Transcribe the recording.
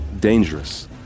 dangerous